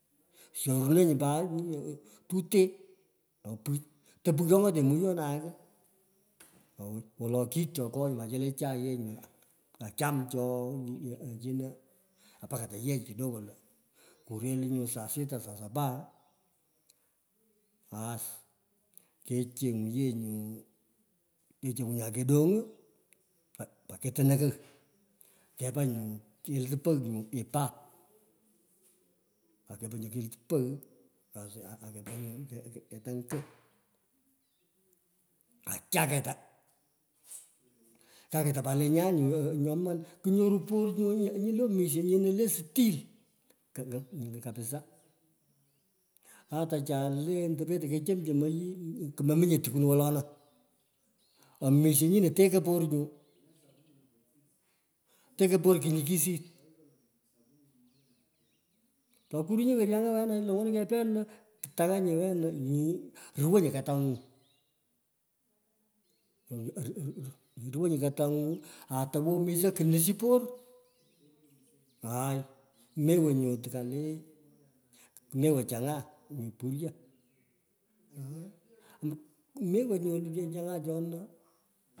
Sharunonyi, pat tutee apun, tobighyongote muyonae ko awoi wolo kityokoi, nyu achi le chai ye nye okyam chei chino, aa mpaka toyech kidogo lo kuretei, nyu sao sito, soa sapa, aas kechenyu ye nyu kechenglu nya kedongiu pa keto поної кера пус kelit pegh nyu ipar, akepa nyo kelit pogh, akepha nyu ketany ko ake oketa. keaneta nyo lenyae nyoman. Kenyoku por kigh kighyale misho nyi le stil kapisaa. Ata cha lentei petei hechomchome. Kumominge. tukwun welana omisha nyinu tekei por ngu, tenei per kunukisit. Atu kurunyi weri angea lo iruwunyi wena nyono kepeo lo itaghanyi weno lo iruwenyi katangu ruwonyi kitangu, atopo omisho kinyusyi por acar, mewo nyu, tikia lee, mewo. Chang'aa mewo.